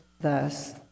thus